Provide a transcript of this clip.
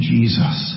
Jesus